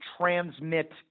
transmit